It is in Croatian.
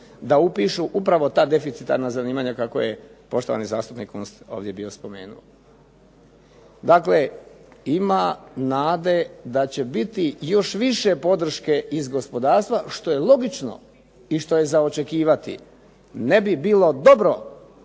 da upišu upravo ta deficitarna zanimanja kako je poštovani zastupnik Kunst ovdje bio spomenuo. Dakle, ima nade da će biti još više podrške iz gospodarstva što je logično i što je za očekivati, ne bi bilo dobro